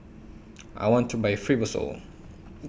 I want to Buy Fibrosol